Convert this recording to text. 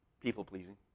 people-pleasing